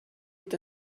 est